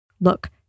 Look